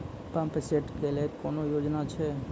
Pump set केलेली कोनो योजना छ?